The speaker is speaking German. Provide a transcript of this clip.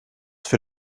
für